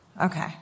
Okay